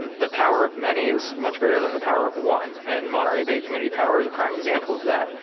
and the power of many is much greater than the power of one and monterey bay community power is a prime example of that.